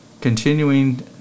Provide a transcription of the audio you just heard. continuing